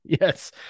Yes